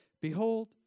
Behold